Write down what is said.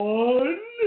one